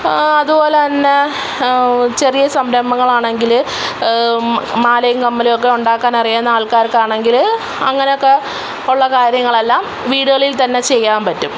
അതുപോലെത്തന്നെ ചെറിയ സംരംഭങ്ങളാണങ്കിൽ മാലയും കമ്മൽ ഒക്കെ ഉണ്ടാക്കാനറിയുന്ന ആൾക്കാർക്കാണങ്കിൽ അങ്ങനെയൊക്കെ ഉള്ള കാര്യങ്ങളെല്ലാം വീടുകളിൽ തന്നെ ചെയ്യാൻ പറ്റും